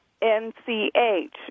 N-C-H